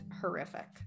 horrific